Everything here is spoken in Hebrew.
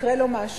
יקרה לו משהו,